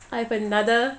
I have another